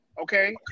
Okay